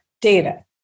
data